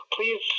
Please